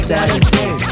Saturday